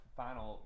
final